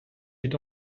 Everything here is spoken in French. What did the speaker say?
est